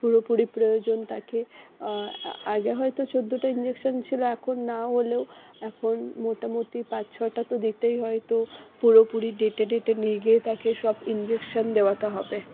পুরোপুরি প্রয়োজন থাকে আগে হয়তো চোদ্দটা ইঞ্জেকশন ছিল এখন না হলেও এখন মোটামুটি পাঁচ ছটা তো দিতেই হয় তো পুরোপুরি ডেটে ডেটে নিয়ে গিয়ে তাকে সব ইঞ্জেকশন দেওয়াতে হবে